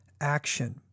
action